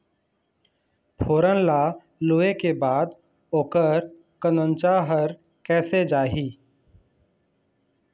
फोरन ला लुए के बाद ओकर कंनचा हर कैसे जाही?